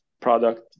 product